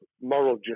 moral